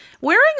wearing